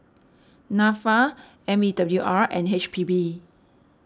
Nafa M E W R and H P B